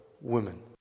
women